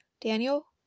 Daniel